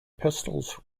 pistols